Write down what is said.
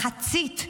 מחצית.